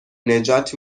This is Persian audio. نجات